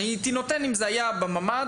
שהייתי נותן אם זה היה בממ"ד,